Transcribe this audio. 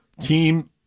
team